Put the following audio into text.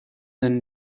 and